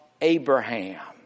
Abraham